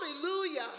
hallelujah